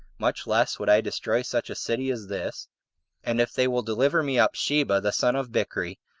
much less would i destroy such a city as this and if they will deliver me up sheba, the son of bichri,